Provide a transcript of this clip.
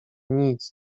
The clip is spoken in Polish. nic